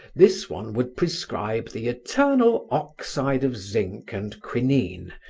this one would prescribe the eternal oxyde of zinc and quinine,